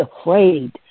afraid